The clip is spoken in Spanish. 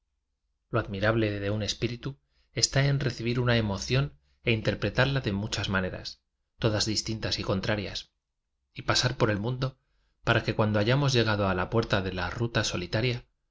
lo admirable de un espíritu está en recibir una emoción e interpretarla de mu chas maneras todas distintas y contrarias y pasar por el mundo para que cuando hayamos llegado a la puerta de la ruta solitaria